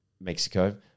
Mexico